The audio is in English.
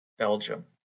Belgium